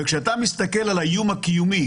וכשאתה מסתכל על האיום הקיומי